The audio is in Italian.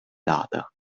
data